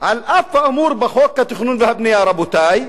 "על אף האמור בחוק התכנון והבנייה", רבותי,